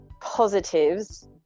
positives